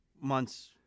months